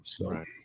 right